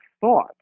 thought